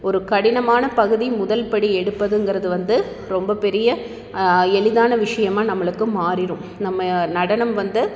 ஒரு கடினமான பகுதி முதல்படி எடுப்பதுங்கிறது வந்து ரொம்ப பெரிய எளிதான விஷயமா நம்மளுக்கு மாறிடும் நம்ம நடனம் வந்து